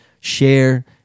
share